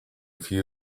few